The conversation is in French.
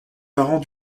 parents